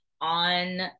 on